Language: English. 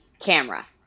camera